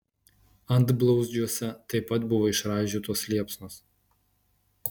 antblauzdžiuose taip pat buvo išraižytos liepsnos